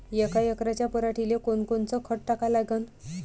यका एकराच्या पराटीले कोनकोनचं खत टाका लागन?